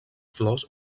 flors